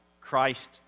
Christ